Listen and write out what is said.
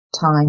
time